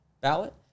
ballot